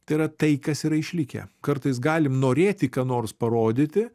tai yra tai kas yra išlikę kartais galim norėti ką nors parodyti